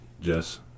Jess